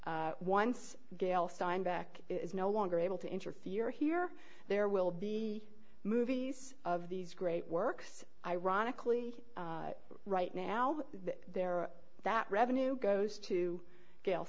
once gaile signed back is no longer able to interfere here there will be movies of these great works ironically right now there that revenue goes to jail